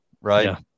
right